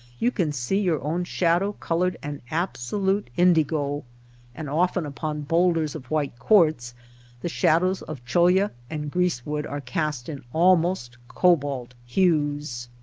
you can see your own shadow colored an absolute indigo and often upon bowlders of white quartz the shadows of cholla and grease wood are cast in almost cobalt hues.